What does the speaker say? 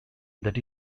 that